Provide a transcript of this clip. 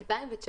ב-2019,